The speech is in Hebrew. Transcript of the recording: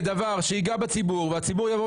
אם זה דבר שייגע בציבור והציבור יבוא